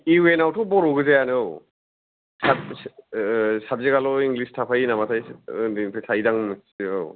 इउएन आवथ' बर' गोजायानो औ साब ओह साबजेकयाल' इंलिस थाफायो नामाथाय उन्दैनिफ्राय थायोदां औ